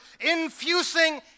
infusing